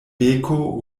beko